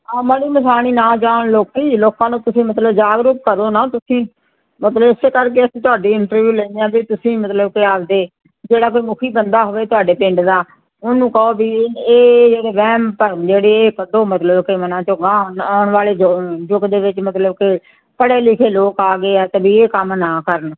ਆ ਮੜ੍ਹੀ ਮਸਾਣੀ ਨਾ ਜਾਣ ਲੋਕ ਲੋਕਾਂ ਨੂੰ ਤੁਸੀਂ ਮਤਲਬ ਜਾਗਰੂਕ ਕਰੋ ਨਾ ਤੁਸੀਂ ਮਤਲਬ ਇਸ ਕਰਕੇ ਅਸੀਂ ਤੁਹਾਡੀ ਇੰਟਰਵਿਊ ਲੈਂਦੇ ਆ ਵੀ ਤੁਸੀਂ ਮਤਲਬ ਕਿ ਆਪਣੇ ਜਿਹੜਾ ਕੋਈ ਮੁਖੀ ਬੰਦਾ ਹੋਵੇ ਤੁਹਾਡੇ ਪਿੰਡ ਦਾ ਉਹਨੂੰ ਕਹੋ ਵੀ ਇਹ ਜਿਹੜੇ ਵਹਿਮ ਭਰਮ ਜਿਹੜੇ ਇਹ ਕੱਢੋ ਮਤਲਬ ਕਿ ਮਨਾਂ 'ਚੋਂ ਅਗਾਂਹ ਆਉਣ ਵਾਲੇ ਯ ਯੁੱਗ ਦੇ ਵਿੱਚ ਮਤਲਬ ਕਿ ਪੜ੍ਹੇ ਲਿਖੇ ਲੋਕ ਆ ਗਏ ਆ ਕਦੇ ਇਹ ਕੰਮ ਨਾ ਕਰਨ